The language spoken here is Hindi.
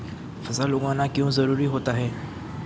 फसल उगाना क्यों जरूरी होता है?